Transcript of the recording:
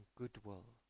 goodwill